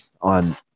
on